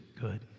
good